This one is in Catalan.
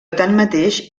tanmateix